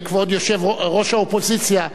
כבוד ראש האופוזיציה,